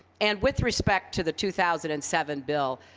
and with respect to the two thousand and seven bill,